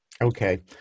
Okay